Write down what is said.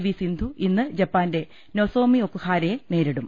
V Sindhu ഇന്ന് ജപ്പാന്റെ Nozomi ഒക്കുഹാരയെ നേരിടും